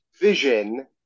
vision